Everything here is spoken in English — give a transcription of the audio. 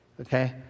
okay